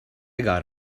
got